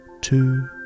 two